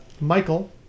Michael